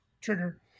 trigger